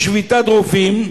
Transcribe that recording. יש שביתת רופאים,